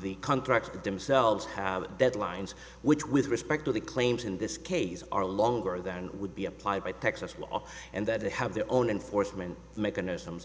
the contracts the dim selves have deadlines which with respect to the claims in this case are longer than would be applied by texas law and that they have their own enforcement mechanisms